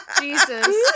Jesus